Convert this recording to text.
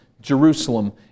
Jerusalem